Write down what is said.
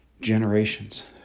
generations